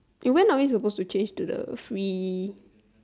eh when are we supposed to change to the free